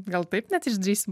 gal taip net išdrįsim